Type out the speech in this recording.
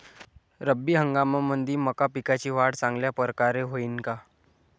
रब्बी हंगामामंदी मका पिकाची वाढ चांगल्या परकारे होईन का?